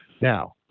Now